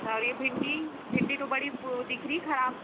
अच्छा और ये भिंडी भिंडी तो बड़ी दिख रही खराब